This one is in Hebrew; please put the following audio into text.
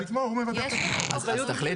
אז תחליט